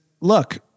look